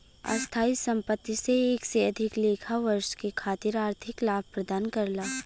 स्थायी संपत्ति से एक से अधिक लेखा वर्ष के खातिर आर्थिक लाभ प्रदान करला